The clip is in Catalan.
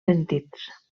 sentits